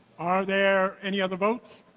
are there any other votes?